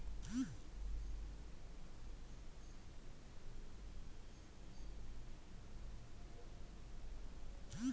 ಉಷ್ಣವಲಯ ಹಾಗೂ ಇದರ ಉಪವಲಯದ ತೇವಾಂಶವಿರುವ ಪ್ರದೇಶದಲ್ಲಿ ಆರ್ಕ ಬೆಳೆಗಳನ್ನ್ ಕಾಣ್ಬೋದು